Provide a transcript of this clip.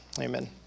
amen